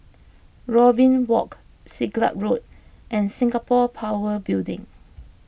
Robin Walk Siglap Road and Singapore Power Building